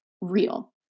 real